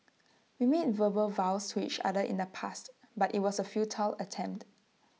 we made verbal vows to each other in the past but IT was A futile attempt